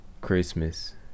Christmas